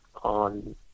on